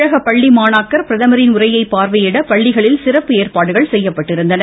தமிழக பள்ளி மாணாக்கர் பிரதமரின் உரையை பார்வையிட பள்ளிகளில் சிறப்பு ஏற்பாடுகள் செய்யப்பட்டுள்ளன